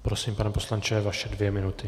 Prosím, pane poslanče, vaše dvě minuty.